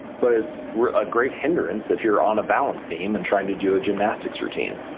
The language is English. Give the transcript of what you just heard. but it's a great hindrance if you're on a balance beam and trying to do a gymnastics routine.